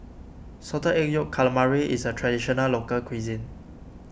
Salted Egg Yolk Calamari is a Traditional Local Cuisine